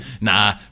Nah